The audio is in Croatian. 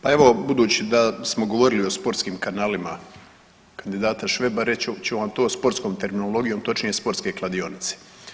Pa evo, budući da smo govorili o sportskim kanalima kandidata Šveba, reći ću vam to sportskom terminologijom, točnije sportske kladionice.